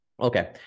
Okay